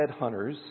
headhunters